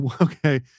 Okay